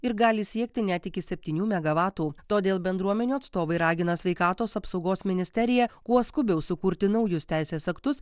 ir gali siekti net iki septynių megavatų todėl bendruomenių atstovai ragina sveikatos apsaugos ministeriją kuo skubiau sukurti naujus teisės aktus